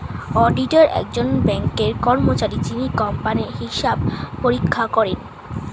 auditor একজন ব্যাঙ্কের কর্মচারী যিনি কোম্পানির হিসাব পরীক্ষা করেন